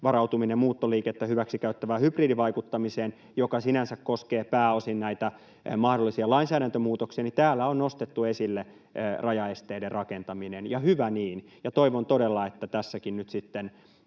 varautumisesta muuttoliikettä hyväksikäyttävään hybridivaikuttamiseen, joka sinänsä koskee pääosin mahdollisia lainsäädäntömuutoksia, on nostettu esille rajaesteiden rakentaminen, ja hyvä niin. Toivon todella, että tässäkin nyt sitten